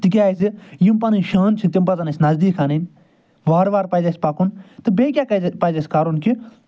تِکیٛازِ یِم پنٕنۍ شانہٕ چھِ تِم پَزَن اَسہِ نزدیٖکھ اَنٕنۍ وارٕ وارٕ پَزِ اَسہِ پکُن تہِ بیٚیہِ کیٛاہ پَزِ اَسہِ کرُن کہِ